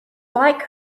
like